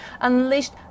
unleashed